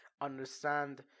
understand